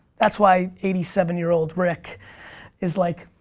that's why eighty seven year old rick is like,